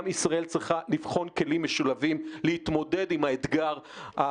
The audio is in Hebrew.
ישראל צריכה לבחון כלים משולבים להתמודד עם האתגר.